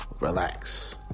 relax